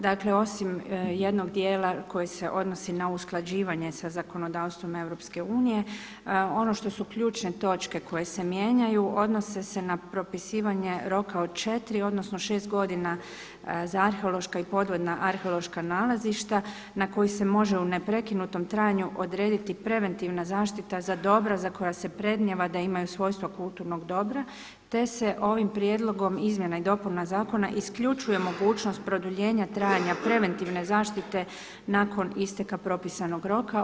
Dakle osim jednog dijela koji se odnosi na usklađivanje sa zakonodavstvom EU, ono što su ključne točke koje se mijenjaju odnose se na propisivanje roka od 4 odnosno 6 godina za arheološka i podvodna arheološka nalazišta na koji se može u neprekinutom trajanju odrediti preventivna zaštita za dobra za koja se prednijeva da imaju svojstva kulturnog dobra te se ovim prijedlogom izmjena i dopuna zakona isključuje mogućnost produljenja trajanja preventivne zaštite nakon isteka propisanog roka.